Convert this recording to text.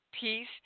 peace